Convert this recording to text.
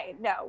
no